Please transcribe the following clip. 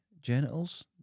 Genitals